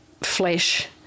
flesh